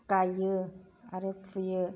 गायो आरो फुयो